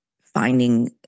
finding